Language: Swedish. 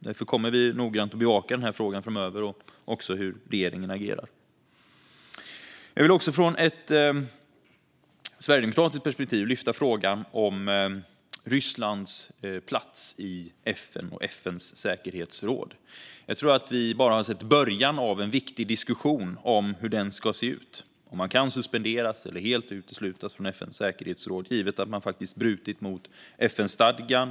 Därför kommer vi att framöver noggrant bevaka denna fråga och hur regeringen agerar. Jag vill också ur ett sverigedemokratiskt perspektiv lyfta upp frågan om Rysslands plats i FN och FN:s säkerhetsråd. Jag tror att vi bara har sett början av en viktig diskussion om hur den ska se ut. Kan man suspenderas eller helt uteslutas ur FN:s säkerhetsråd givet att man faktiskt brutit mot FN-stadgan?